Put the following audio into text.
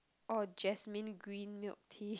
or jasmine green milk tea